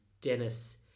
Dennis